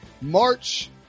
March